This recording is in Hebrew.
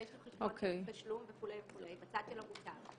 ויש לי חשבון תשלום וכולי בצד שלא בוצע.